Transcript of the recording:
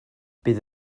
bydd